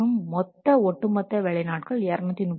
மற்றும் மொத்த ஒட்டுமொத்த வேலை நாட்கள் 237